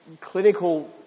clinical